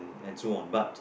and so on but